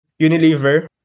Unilever